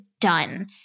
done